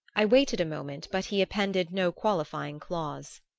i waited a moment, but he appended no qualifying clause.